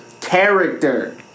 Character